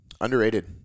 Underrated